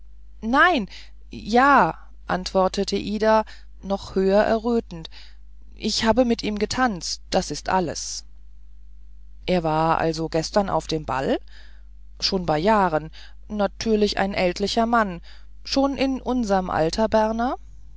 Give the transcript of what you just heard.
ihn nein ja antwortete ida noch höher errötend ich habe mit ihm getanzt das ist alles er war also gestern auf dem ball schon bei jahren natürlich ein ältlicher mann schon in unserem alter berner